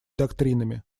доктринами